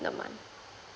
month